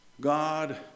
God